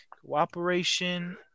Cooperation